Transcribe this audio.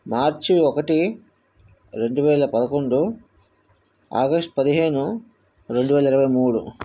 మార్చి ఒకటి రెండు వేల పదకొండు ఆగస్ట్ పదిహేను రెండు వేల ఇరవై మూడు